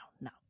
no